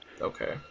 Okay